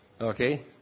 Okay